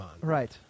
Right